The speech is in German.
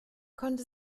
konnte